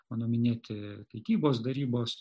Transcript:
mano minėti kaitybos darybos